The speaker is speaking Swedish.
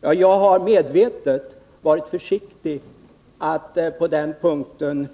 Jag har medvetet varit försiktig att på den punkten här